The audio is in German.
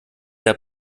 der